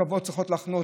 ורכבות צריכות לחנות.